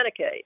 Medicaid